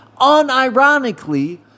Unironically